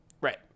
Right